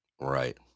Right